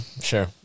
Sure